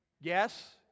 Yes